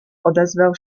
odezwał